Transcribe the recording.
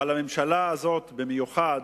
אבל הממשלה הזאת במיוחד,